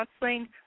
counseling